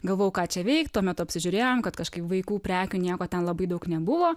galvojau ką čia veikt tuo metu apsižiūrėjom kad kažkaip vaikų prekių nieko ten labai daug nebuvo